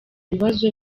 ibibazo